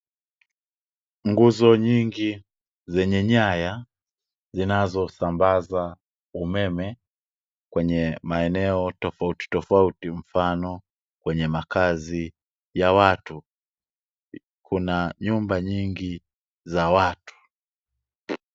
Nguzo nyingi zenye nyaya zinazosambaza umeme kwenye maeneo tofauti tofauti kwa mfano kwenye makazi ya watu, Kuna nyumba nyingi za watu.